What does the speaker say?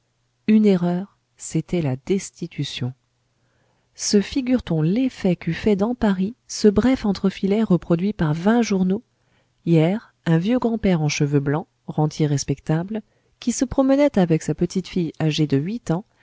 une erreur c'était la destitution se figure-t-on l'effet qu'eût fait dans paris ce bref entrefilet reproduit par vingt journaux hier un vieux grand-père en cheveux blancs rentier respectable qui se promenait avec sa petite-fille âgée de huit ans